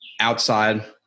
outside